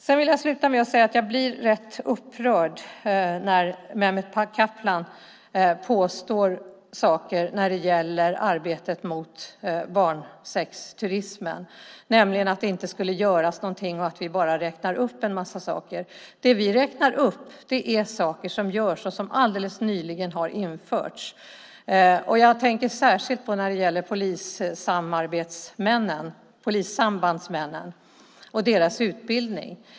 Jag vill sluta med att säga att jag blir rätt upprörd när Mehmet Kaplan påstår saker om arbetet mot barnsexturismen. Han påstår att det inte skulle göras någonting och att vi bara räknar upp en massa saker. Det vi räknar upp är saker som görs och som alldeles nyligen har införts. Jag tänker särskilt på polissambandsmännen och deras utbildning.